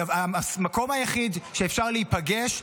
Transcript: המקום היחיד שאפשר להיפגש,